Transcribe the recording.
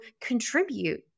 contribute